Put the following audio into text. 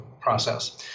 process